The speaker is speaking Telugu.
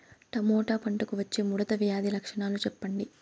టమోటా పంటకు వచ్చే ముడత వ్యాధి లక్షణాలు చెప్పండి?